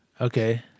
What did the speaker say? Okay